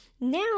now